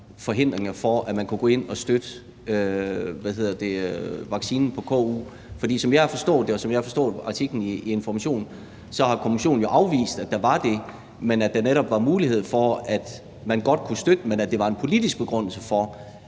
forhindringer for, at man kunne gå ind at støtte vaccinen på KU, for som jeg har forstået det, og som jeg forstod artiklen i Information, har Kommissionen jo afvist, at der var det, men at der netop var mulighed for, at man godt kunne støtte den, men at der var en politisk begrundelse for,